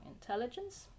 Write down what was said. intelligence